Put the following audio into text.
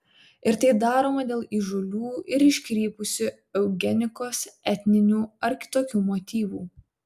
ir tai daroma dėl įžūlių ir iškrypusių eugenikos etninių ar kitokių motyvų